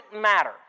matter